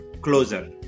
closer